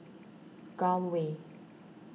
Gul Way